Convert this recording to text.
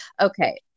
okay